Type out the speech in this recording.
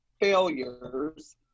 failures